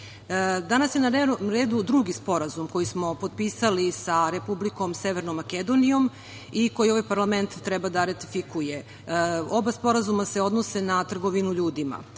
na dnevnom redu drugi sporazum koji smo potpisali sa Republikom Severnom Makedonijom i koji ovaj parlament treba da ratifikuje. Oba sporazuma se odnose na trgovinu ljudima.